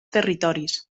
territoris